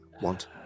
want